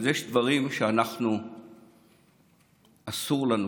אז יש דברים שאסור לנו,